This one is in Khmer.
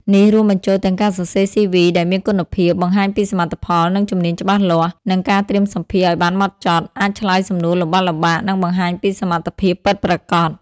នេះរួមបញ្ចូលទាំងការសរសេរ CV ដែលមានគុណភាព បង្ហាញពីសមិទ្ធផល និងជំនាញច្បាស់លាស់ និងការត្រៀមសម្ភាសន៍ឲ្យបានម៉ត់ចត់ (អាចឆ្លើយសំណួរលំបាកៗ និងបង្ហាញពីសមត្ថភាពពិតប្រាកដ)។